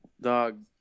dog